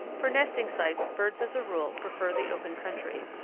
for nesting sites birds as a rule prefer the open country.